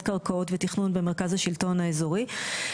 קרקעות ותכנון במרכז השלטון האזורי.